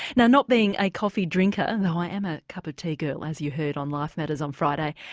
now not being a coffee drinker though i am a cup of tea girl as you heard on life matters on friday.